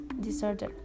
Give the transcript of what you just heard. disorder